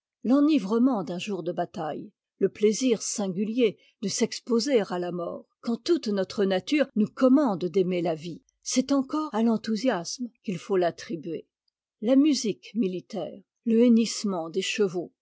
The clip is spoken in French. l'enivrement d'un jour de bataille le plaisir singulier de s'exposer à la mort quand toute notre nature nous commande d'aimer la vie c'est encore à l'enthousiasme qu'il faut l'attribuer la musique militaire le hennissement des chevaux